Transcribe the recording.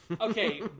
Okay